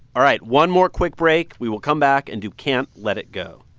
all right. one more quick break. we will come back and do can't let it go.